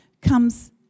comes